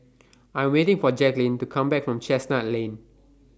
I Am waiting For Jacklyn to Come Back from Chestnut Lane